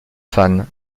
fans